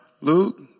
Luke